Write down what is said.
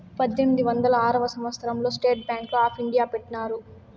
పద్దెనిమిది వందల ఆరవ సంవచ్చరం లో స్టేట్ బ్యాంక్ ఆప్ ఇండియాని పెట్టినారు